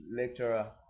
lecturer